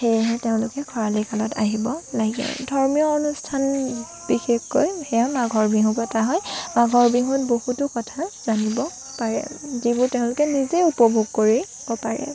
সেয়েহে তেওঁলোকে খৰালি কালত আহিব লাগে ধৰ্মীয় অনুষ্ঠান বিশেষকৈ সেয়া মাঘৰ বিহু পতা হয় মাঘৰ বিহুত বহুতো কথা জানিব পাৰে যিবোৰ তেওঁলোকে নিজে উপভোগ কৰিব পাৰে